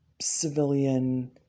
civilian